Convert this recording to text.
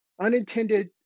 unintended